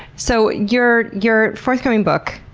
so your your forthcoming book,